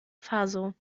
faso